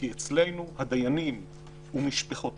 כי אצלנו הדיינים ומשפחותיהם,